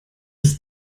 ist